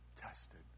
tested